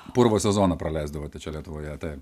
purvo sezoną praleisdavote čia lietuvoje taip